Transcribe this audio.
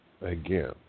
again